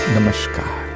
Namaskar